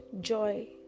joy